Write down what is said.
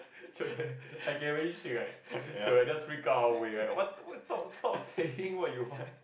is okay I guarantee she like she like just pick up halfway what what what you stop stop saying what you want